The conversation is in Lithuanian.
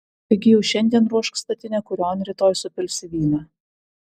taigi jau šiandien ruošk statinę kurion rytoj supilsi vyną